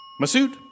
Masood